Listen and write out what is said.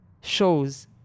Shows